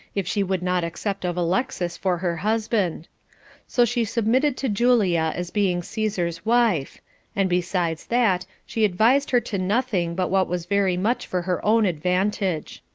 if she would not accept of alexas for her husband so she submitted to julia as being caesar's wife and besides that, she advised her to nothing but what was very much for her own advantage.